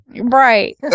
Right